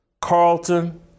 Carlton